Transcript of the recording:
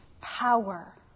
power